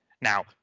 Now